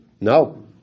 No